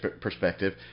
perspective